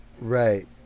Right